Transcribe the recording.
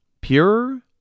Pure